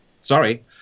Sorry